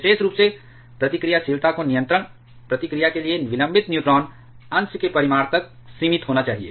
विशेष रूप से प्रतिक्रियाशीलता को नियंत्रण प्रतिक्रिया के लिए विलंबित न्यूट्रॉन अंश के परिमाण तक सीमित होना चाहिए